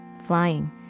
flying